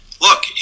look